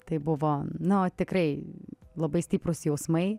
tai buvo nu tikrai labai stiprūs jausmai